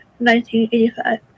1985